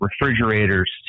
refrigerators